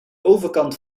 overkant